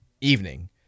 evening